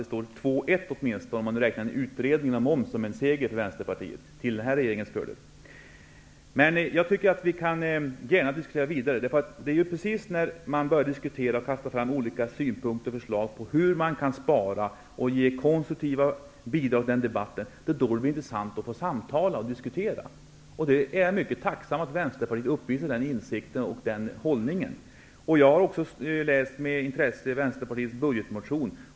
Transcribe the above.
Det står åtminstone 2--1 till nuvarande regering, om momsutredningen räknas som en seger för Vi kan gärna föra vidare diskussioner. Det är ju just när man börjar diskutera och föra fram olika synpunkter och förslag på hur sparandet kan ske och när man kan komma med konstruktiva bidrag i debatten som det blir intressant att samtala och diskutera. Jag är mycket tacksam för Vänsterpartiets insikt och hållning här. Vidare har jag med intresse läst Vänsterpartiets budgetmotion.